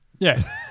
Yes